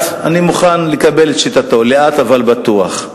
אני מוכן לקבל את שיטתו, לאט אבל בטוח.